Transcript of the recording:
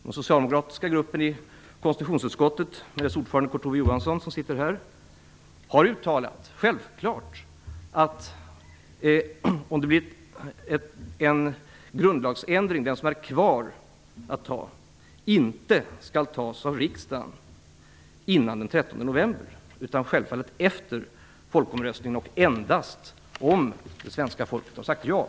Den socialdemokratiska gruppen i konstitutionsutskottet med sin ordförande Kurt Ove Johansson, som sitter här, har uttalat att den grundlagsändring som återstår att fatta beslut om inte skall behandlas av riksdagen före den 13 november. Det skall självfallet göras efter folkomröstningen och endast om det svenska folket har sagt ja.